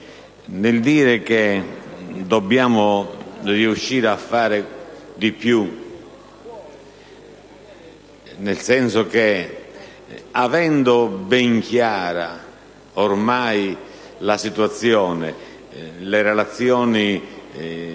nel dire che dobbiamo riuscire a fare di più, nel senso che avendo ormai ben chiara la situazione (le relazioni